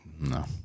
No